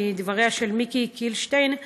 מדבריה של מיקי קילשטיין,